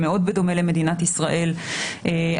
ההכרזה משקפת גם מצב אפידמיולוגי,